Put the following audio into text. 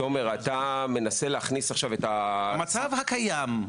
תומר, אתה מנסה להכניס עכשיו את --- המצב הקיים.